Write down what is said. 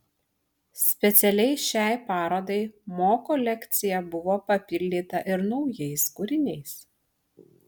specialiai šiai parodai mo kolekcija buvo papildyta ir naujais kūriniais